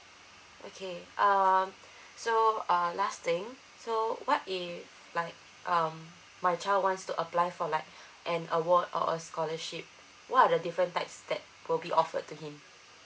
okay um so uh last thing so what if like um my child wants to apply for like an award or a scholarship what are the different types that will be offered to him